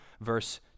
verse